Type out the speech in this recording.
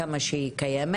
כמה שהיא קיימת.